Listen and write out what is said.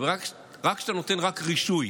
אבל כשאתה נותן רק רישוי